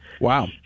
Wow